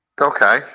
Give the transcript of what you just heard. Okay